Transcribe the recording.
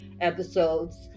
episodes